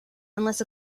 unless